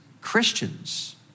Christians